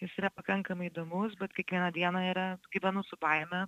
jis yra pakankamai įdomus bet kiekvieną dieną yra gyvenu su baime